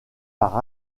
par